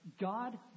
God